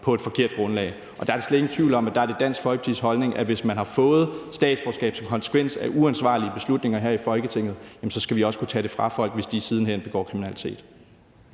på et forkert grundlag. Og der er slet ingen tvivl om, at der er det Dansk Folkepartis holdning, at hvis man har fået statsborgerskab som en konsekvens af uansvarlige beslutninger truffet her i Folketinget, så skal vi også kunne tage det fra folk, hvis de siden hen begår kriminalitet.